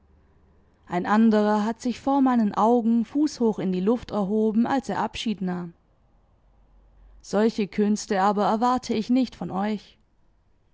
ein anderer hat sich vor meinen augen fußhoch in die luft erhoben als er abschied nahm solche künste aber erwarte ich nicht von euch